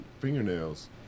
fingernails